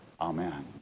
Amen